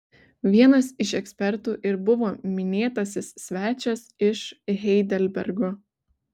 vienas iš ekspertų ir buvo minėtasis svečias iš heidelbergo